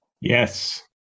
Yes